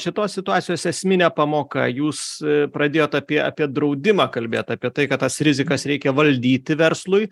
šitos situacijos esminė pamoka jūs pradėjot apie apie draudimą kalbėt apie tai kad tas rizikas reikia valdyti verslui